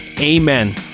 amen